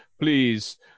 Please